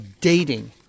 dating